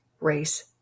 race